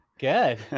Good